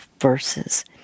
verses